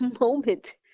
moment